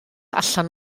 allan